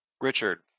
Richard